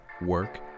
work